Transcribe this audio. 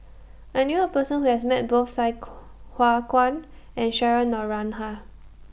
I knew A Person Who has Met Both Sai Hua Kuan and Cheryl Noronha